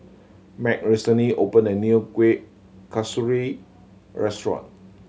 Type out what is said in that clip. Meg recently opened a new Kueh Kasturi restaurant